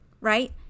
right